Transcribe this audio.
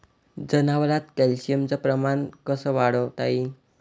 जनावरात कॅल्शियमचं प्रमान कस वाढवता येईन?